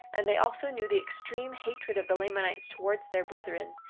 and they also knew the extreme hatred of the lamanites towards their brethren,